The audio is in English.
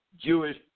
Jewish